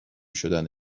شدن